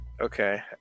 Okay